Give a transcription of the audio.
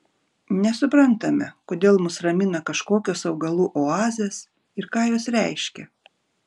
nesuprantame kodėl mus ramina kažkokios augalų oazės ir ką jos reiškia